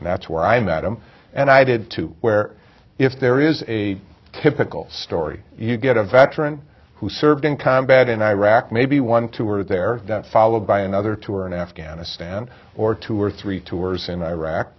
and that's where i met him and i did too where if there is a typical story you get a veteran who served in combat in iraq maybe one two or they're followed by another tour in afghanistan or two or three tours in iraq